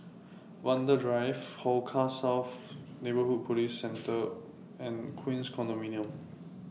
Vanda Drive Hong Kah South Neighbourhood Police Post and Queens Condominium